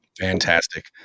Fantastic